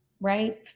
right